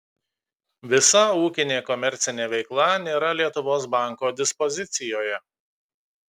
visa ūkinė komercinė veikla nėra lietuvos banko dispozicijoje